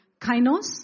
kainos